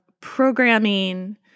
programming